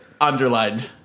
underlined